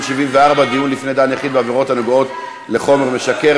מס' 74) (דיון לפני דן יחיד בעבירות הנוגעות לחומר משכר),